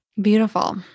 Beautiful